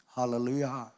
Hallelujah